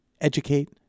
educate